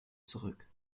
zurück